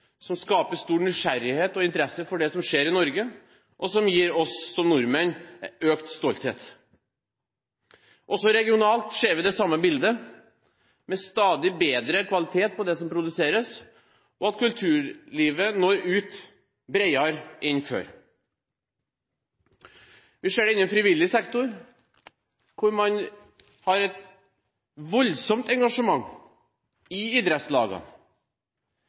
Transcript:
som skaper stor nysgjerrighet og interesse for det som skjer i Norge, og som gir oss som nordmenn økt stolthet. Også regionalt ser vi det samme bildet, med stadig bedre kvalitet på det som produseres, og et kulturliv som når bredere ut enn før. Vi ser det innen frivillig sektor, hvor man har et voldsomt engasjement i idrettslagene